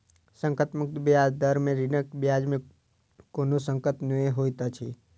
संकट मुक्त ब्याज दर में ऋणक ब्याज में कोनो संकट नै होइत अछि